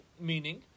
meaning